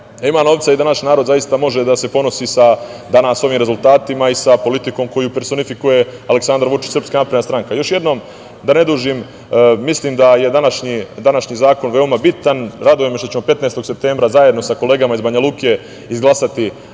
ima novca i da naš narod zaista može da se ponosi sa danas ovim rezultatima i sa politikom koju personifikuje Aleksandar Vučić i SNS.Još jednom, da ne dužim, mislim da je današnji zakon veoma bitan. Raduje me što ćemo 15. septembra, zajedno sa kolegama iz Banjaluke izglasati